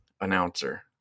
announcer